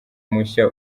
mushya